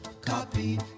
copy